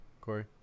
Corey